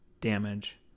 damage